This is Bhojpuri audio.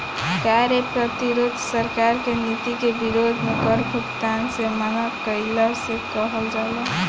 कार्य प्रतिरोध सरकार के नीति के विरोध में कर भुगतान से मना कईला के कहल जाला